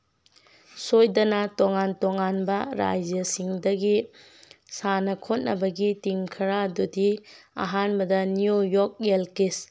ꯁꯣꯏꯗꯅ ꯇꯣꯉꯥꯟ ꯇꯣꯉꯥꯟꯕ ꯔꯥꯏꯖ꯭ꯌꯁꯤꯡꯗꯒꯤ ꯁꯥꯟꯅ ꯈꯣꯠꯅꯕꯒꯤ ꯇꯤꯝ ꯈꯔ ꯑꯗꯨꯗꯤ ꯑꯍꯥꯟꯕꯗ ꯅ꯭ꯌꯨ ꯌꯣꯛ ꯌꯦꯟꯀꯤꯁ